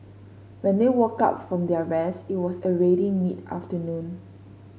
when they woke up from their rest it was already mid afternoon